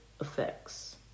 effects